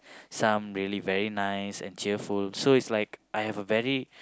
some really very nice and cheerful so it's like I have a very